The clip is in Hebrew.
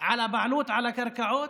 על הבעלות על הקרקעות,